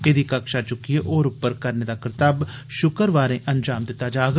एह्दी कक्षा चुक्कियै होर उप्पर करने दा करतब षुक्रवारें अंजाम दित्ता जाग